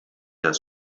das